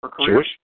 Jewish